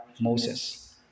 Moses